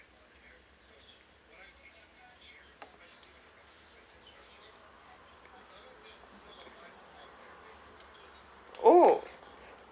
oh